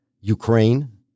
Ukraine